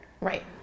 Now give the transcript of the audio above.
Right